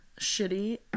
shitty